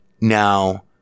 now